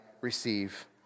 receive